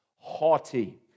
Haughty